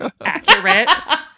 Accurate